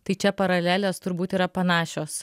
tai čia paralelės turbūt yra panašios